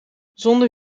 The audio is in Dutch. zonder